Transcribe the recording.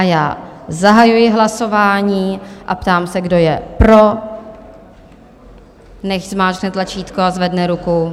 Já zahajuji hlasování a ptám se, kdo je pro, nechť zmáčkne tlačítko a zvedne ruku.